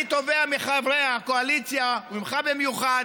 אני תובע מחברי הקואליציה, וממך במיוחד,